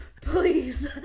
please